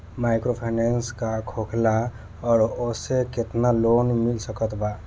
Microfinance का होखेला और ओसे केतना लोन मिल सकत बा?